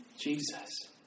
Jesus